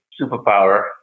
superpower